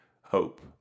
hope